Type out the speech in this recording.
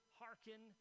hearken